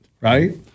right